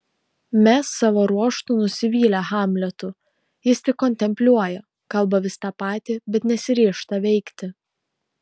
mes savo ruožtu nusivylę hamletu jis tik kontempliuoja kalba vis tą patį bet nesiryžta veikti